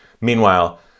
meanwhile